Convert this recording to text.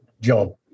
job